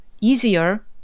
easier